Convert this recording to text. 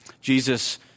Jesus